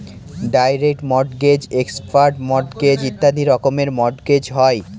direct mortgage, expert mortgage ইত্যাদি রকমের mortgage হয়